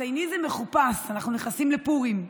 סייניזם מחופש, אנחנו נכנסים לפורים.